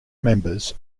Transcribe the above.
members